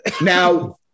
Now